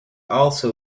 also